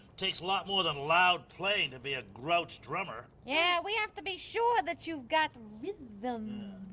takes a lot more than loud playing to be a grouch drummer. yeah we have to be sure that you've got rhythm.